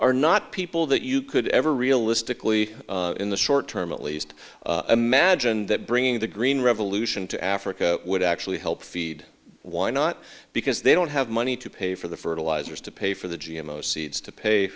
e not people that you could ever realistically in the short term at least imagine that bringing the green revolution to africa would actually help feed why not because they don't have money to pay for the fertilizers to pay for the g m o seeds to pay